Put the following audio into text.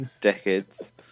decades